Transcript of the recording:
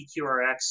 EQRX